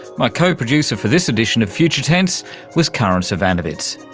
my co-producer for this edition of future tense was karin zsivanovits,